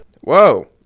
Whoa